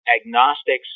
agnostics